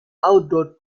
outdoor